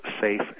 safe